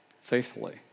Faithfully